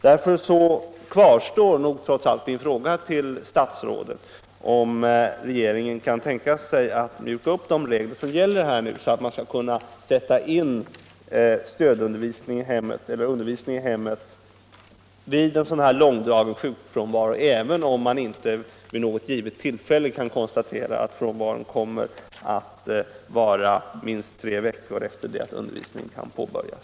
Därför kvarstår min fråga till statsrådet om regeringen kan tänka sig att mjuka upp de regler som gäller så att undervisning i hemmet kan sättas in vid en långdragen sjukfrånvaro, även om man inte vid något givet tillfälle kan konstatera att frånvaron kommer att vara i minst tre veckor efter det att undervisning kan påbörjas.